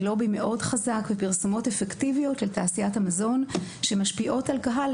לובי מאוד חזק ופרסומות אפקטיביות של תעשיית המזון שמשפיעות על קהל.